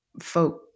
folk